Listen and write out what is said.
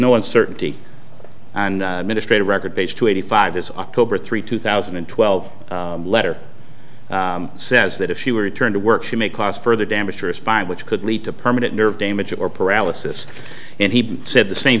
no uncertainty and ministry to record page two eighty five is october three two thousand and twelve letter says that if she were returned to work she may cause further damage or a spine which could lead to permanent nerve damage or paralysis and he said the same